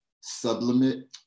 sublimate